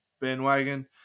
bandwagon